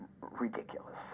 ridiculous